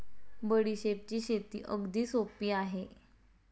बडीशेपची शेती अगदी सोपी आहे